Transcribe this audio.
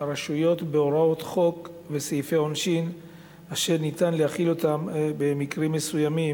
בהוראות חוק וסעיפי עונשין אשר ניתן להחיל אותם במקרים מסוימים,